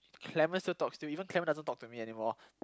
Clement still talks to you even Clement doesn't talk to me anymore